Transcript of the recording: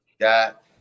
got